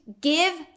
give